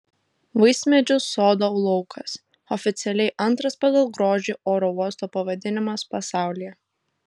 vaismedžių sodo laukas oficialiai antras pagal grožį oro uosto pavadinimas pasaulyje